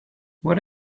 what